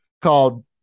called